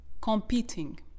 competing